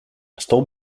stone